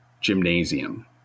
gymnasium